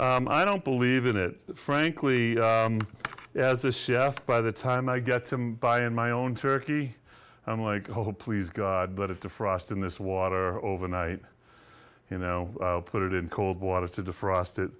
i don't believe in it frankly as a chef by the time i get some buy in my own turkey i'm like oh please god but if the frost in this water overnight you know put it in cold water to defrost